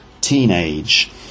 Teenage